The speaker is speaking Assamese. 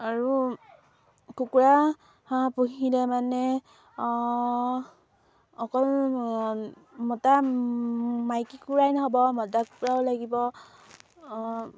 আৰু কুকুৰা হাঁহ পুহিলে মানে অকল মতা মাইকী কুকুৰাই নহ'ব মতা কুকুৰাও লাগিব